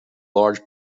large